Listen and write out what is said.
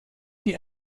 die